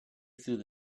through